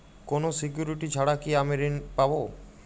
কোনো সিকুরিটি ছাড়া কি আমি ঋণ পাবো?